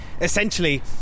essentially